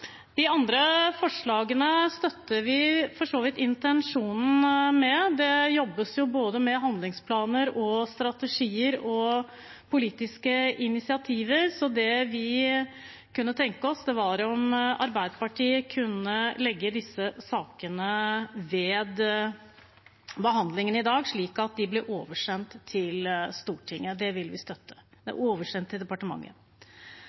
De andre forslagene støtter vi for så vidt intensjonen med. Det jobbes med både handlingsplaner, strategier og politiske initiativ. Vi kunne tenke oss at Arbeiderpartiet la dette ved behandlingen i dag, slik at det ble oversendt til departementet. Det vil vi støtte.